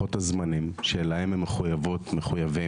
הזמנים שלהם הם מחויבים.